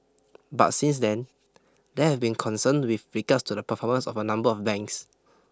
but since then there have been concern with regards to the performance of a number of banks